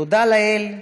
תודה לאל,